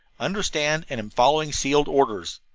understand and am following sealed orders.